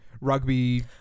rugby